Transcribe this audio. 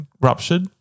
Ruptured